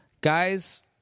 guys